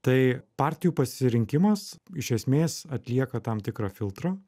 tai partijų pasirinkimas iš esmės atlieka tam tikrą filtrą